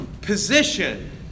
position